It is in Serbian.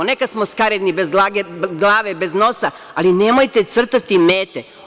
Neka smo skaradni, bez glave, bez nosa, ali nemojte crtati mete.